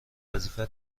وظیفه